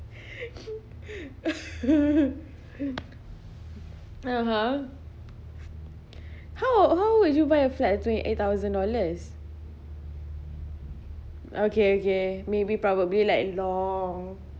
(uh huh) how how would you buy a flat at twenty eight thousand dollars okay okay maybe probably like long